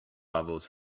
levels